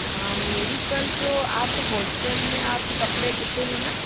हाँ मेरी कल जो आप होलसेल में आप कपड़े देते हो ना